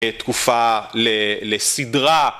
תקופה לסדרה.